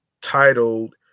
titled